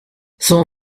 son